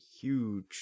huge